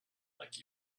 like